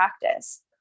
practice